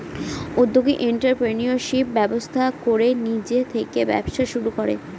উদ্যোগী এন্ট্ররপ্রেনিউরশিপ ব্যবস্থা করে নিজে থেকে ব্যবসা শুরু করে